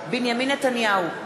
בנימין נתניהו,